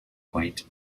point